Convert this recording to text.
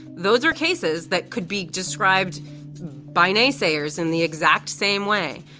those are cases that could be described by naysayers in the exact same way.